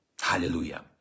Hallelujah